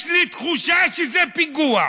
יש לי תחושה שזה פיגוע.